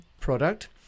product